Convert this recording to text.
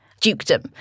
dukedom